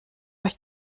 euch